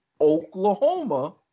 Oklahoma